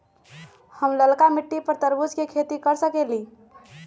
हम लालका मिट्टी पर तरबूज के खेती कर सकीले?